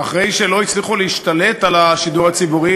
ואחרי שלא הצליחו להשתלט על השידור הציבורי,